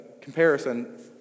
comparison